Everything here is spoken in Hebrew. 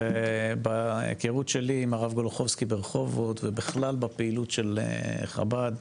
ובהיכרות שלי עם הרב בלחובסקי ברחובות ובכלל בפעילות של חב"ד,